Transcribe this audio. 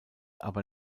aber